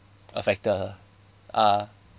affected her ah